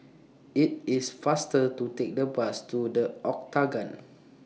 IT IS faster to Take The Bus to The Octagon